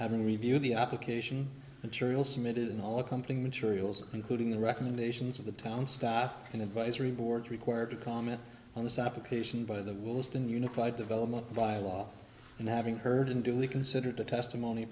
having reviewed the application material submitted in all accompanying materials including the recommendations of the town stock and advisory boards required to comment on this application by the will list and unified development by law and having heard and duly considered the testimony